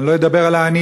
אני לא אדבר על העניים,